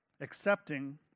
accepting